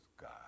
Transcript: God